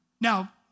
Now